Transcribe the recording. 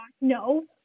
No